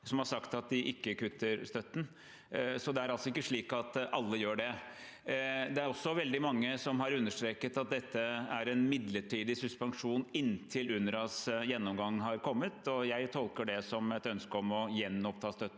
som har sagt at de ikke kutter støtten, så det er altså ikke slik at alle gjør det. Det er også veldig mange som har understreket at dette er en midlertidig suspensjon inntil UNRWAs gjennomgang har kommet, og jeg tolker det som et ønske om å gjenoppta støtten